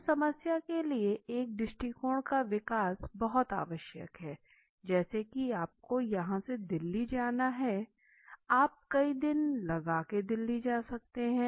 उस समस्या के लिए एक दृष्टिकोण का विकास बहुत आवश्यक है जैसे की आपको यहां से दिल्ली जाना है आप कई दिन लगा के दिल्ली जा सकते हैं